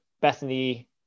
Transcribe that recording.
Bethany